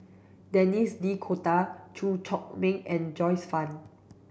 Denis D'Cotta Chew Chor Meng and Joyce Fan